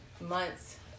months